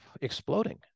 exploding